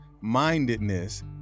mindedness